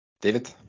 David